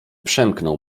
przemknął